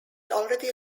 already